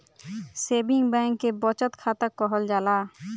saving bank के बचत खाता कहल जाला